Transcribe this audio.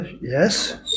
Yes